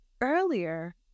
earlier